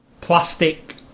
plastic